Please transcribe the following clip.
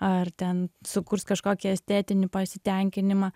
ar ten sukurs kažkokį estetinį pasitenkinimą